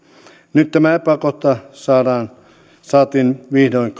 nyt tämä epäkohta saadaan vihdoin